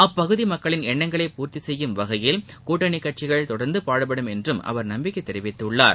அப்பகுதி மக்களின் எண்ணங்களை பூர்த்தி செய்யும் வகையில் கூட்டணி கட்சிகள் தொடர்ந்து பாடுபடும் என்று அவர் நம்பிக்கை தெரிவித்துள்ளார்